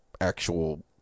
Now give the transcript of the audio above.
actual